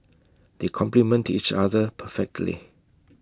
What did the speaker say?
they complement each other perfectly